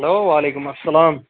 hello وعلیکُم اَسَلام